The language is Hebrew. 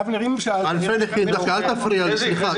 אבנר, אם אפשר --- אל תפריע לי, סליחה.